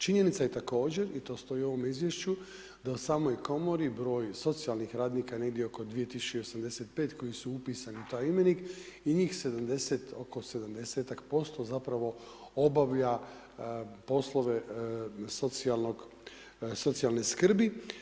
Činjenica je također, i to stoji u ovome izvješću, da u samoj komori broj socijalnih radnika je negdje oko 2085 koji su upisani u taj imenik i njih oko 70% zapravo obavlja poslove socijalne skrbi.